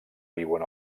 viuen